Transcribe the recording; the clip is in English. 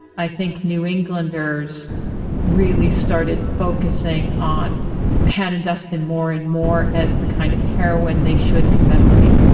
i think, new englanders really started focusing on hannah duston more and more as the kind of heroine they should commemorate.